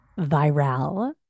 Viral